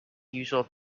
usual